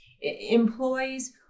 employees